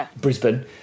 Brisbane